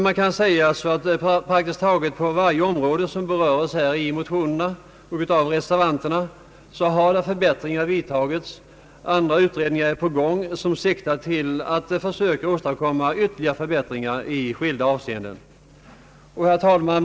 Man kan alltså konstatera att förbättringar redan vidtagits på praktiskt taget varje område som beröres i motionerna och av reservanterna. Andra utredningar som syftar till att åstadkomma förbättringar i skilda avseenden är på gång. Herr talman!